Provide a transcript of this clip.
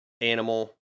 animal